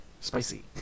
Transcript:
Spicy